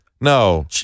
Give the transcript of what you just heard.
No